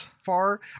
far